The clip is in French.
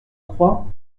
crois